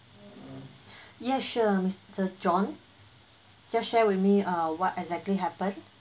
yeah sure mister john just share with me uh what exactly happened